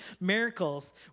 miracles